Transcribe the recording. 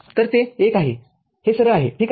तर हे एक आहे हे सरळ आहे ठीक आहे